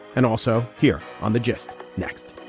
and also here on the just next